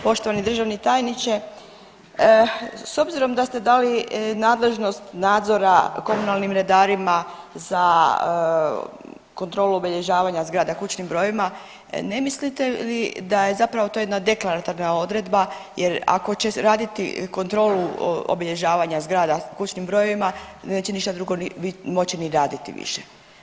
Poštovani državni tajniče, s obzirom da ste dali nadležnost nadzora komunalnim redarima za kontrolu obilježavanja zgrada kućnim brojevima ne mislite li da je zapravo to jedna deklaratorna odredba jer ako će raditi kontrolu obilježavanja zgrada kućnim brojevima neće ništa drugo moći ni raditi više.